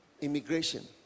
immigration